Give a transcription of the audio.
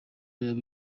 yaba